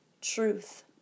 truth